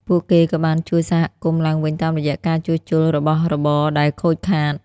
ពួកគេក៏បានជួយសហគមន៍ឡើងវិញតាមរយៈការជួសជុលរបស់របរដែលខូចខាត។